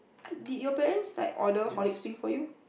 did your parents like order horlicks peng for you